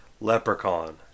Leprechaun